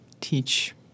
teach